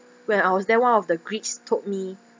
when I was there one of the greeks told me